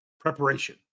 preparation